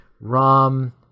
Rom